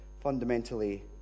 fundamentally